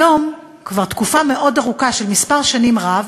היום, כבר תקופה מאוד ארוכה, של מספר שנים רב,